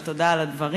אבל תודה על הדברים.